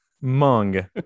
mung